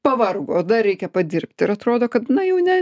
pavargo dar reikia padirbt ir atrodo kad na jau ne